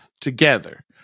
together